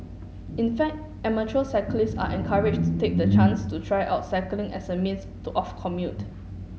in fact amateur cyclists are encouraged to take the chance to try out cycling as a means of commute